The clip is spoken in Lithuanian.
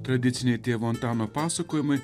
tradiciniai tėvo antano pasakojimai